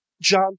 John